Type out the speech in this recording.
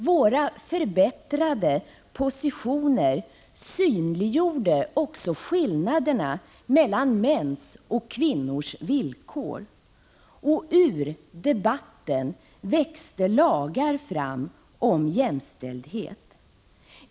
Våra förbättrade positioner synliggjorde också skillnaderna mellan mäns och kvinnors villkor, och ur debatten växte lagar fram om jämställdhet.